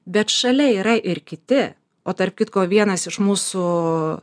bet šalia yra ir kiti o tarp kitko vienas iš mūsų